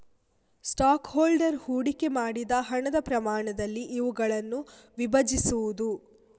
stock holder ಹೂಡಿಕೆ ಮಾಡಿದ ಹಣದ ಪ್ರಮಾಣದಲ್ಲಿ ಇವುಗಳನ್ನು ವಿಭಜಿಸುವುದು